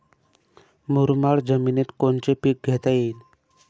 मुरमाड जमिनीत कोनचे पीकं घेता येईन?